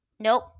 Nope